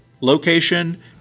location